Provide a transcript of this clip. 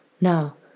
Now